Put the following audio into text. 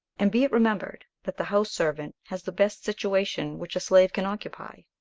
and be it remembered, that the house servant has the best situation which a slave can occupy.